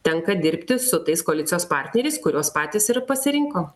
tenka dirbti su tais koalicijos partneriais kuriuos patys ir pasirinko